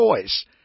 choice